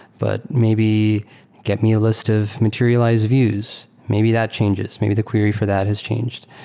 but maybe get me a list of materialized views. maybe that changes. maybe the query for that has changed.